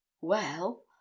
Well